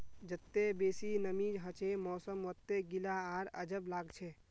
जत्ते बेसी नमीं हछे मौसम वत्ते गीला आर अजब लागछे